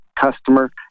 customer